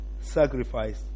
sacrifice